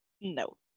No